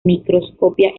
microscopía